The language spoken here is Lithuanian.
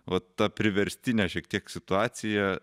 va ta priverstinė šiek tiek situacija